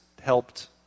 helped